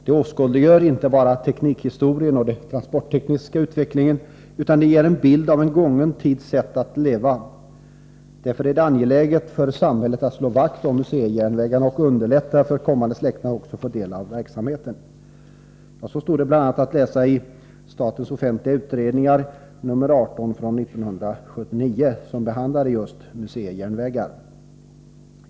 De inte bara åskådliggör teknikhistorien och den transporttekniska utvecklingen utan ger även en bild av en gången tids sätt att leva. Därför är det angeläget för samhället att slå vakt om museijärnvägarna och underlätta också för kommande släkten att få del av verksameten. Ja, så stod det att läsa i statens offentliga utredningar nr 18 år 1979 om museijärnvägar.